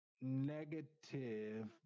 negative